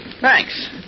Thanks